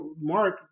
Mark